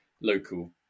local